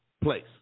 place